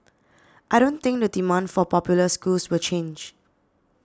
I don't think the demand for popular schools will change